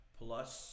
plus